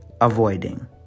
avoiding